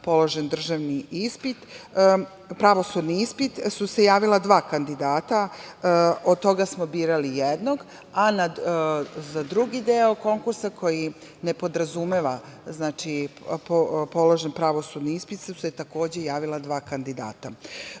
položen pravosudni ispit su se javila dva kandidata. Od toga smo birali jednog, a za drugi deo konkursa koji ne podrazumeva položen pravosudni ispit su se javila dva kandidata. Moramo